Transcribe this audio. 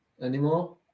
Anymore